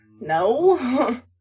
No